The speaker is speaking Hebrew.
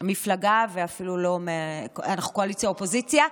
מפלגה, ואנחנו אפילו קואליציה אופוזיציה.